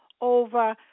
over